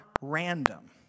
random